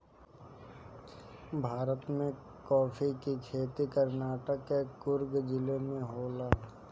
भारत में काफी के खेती कर्नाटक के कुर्ग जिला में होला